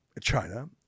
China